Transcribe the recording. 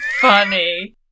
funny